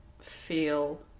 feel